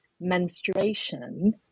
menstruation